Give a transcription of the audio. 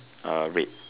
uh red